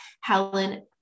Helen